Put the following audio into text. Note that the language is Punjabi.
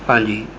ਹਾਂਜੀ